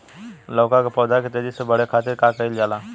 लउका के पौधा के तेजी से बढ़े खातीर का कइल जाला?